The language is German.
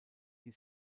die